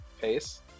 pace